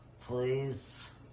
Please